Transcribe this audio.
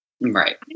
Right